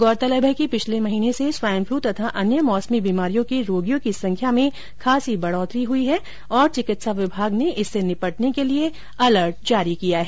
गौरतलब है कि पिछले महीने से स्वाइन फलू तथा अन्य मौसमी बीमारियों के रोगियों की संख्या में खासी बढोतरी हुई है और चिकित्सा विभाग ने इससे निपटने के लिए अलर्ट जारी किया है